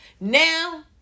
Now